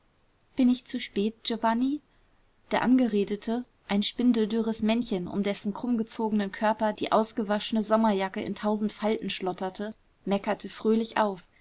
bin ich zu spät giovanni der angeredete ein spindeldürres männchen um dessen krummgezogenen körper die ausgewaschene sommerjacke in tausend falten schlotterte meckerte fröhlich auf